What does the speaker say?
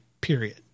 period